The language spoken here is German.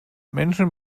menschen